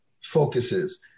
focuses